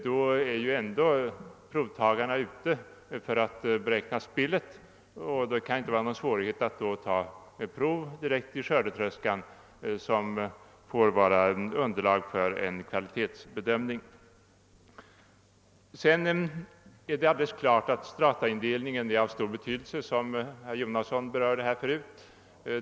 Då är ju provtagarna ändå ute för att beräkna spillet, och det kan inte vara någon svårighet att ta prov direkt i skördetröskan som underlag för en kvalitetsbedömning. Vidare är det alldeles klart att strataindelningen är av stor betydelse, som herr Jonasson förut sade.